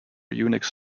unix